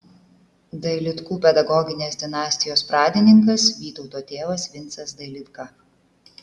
dailidkų pedagoginės dinastijos pradininkas vytauto tėvas vincas dailidka